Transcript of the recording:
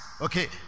Okay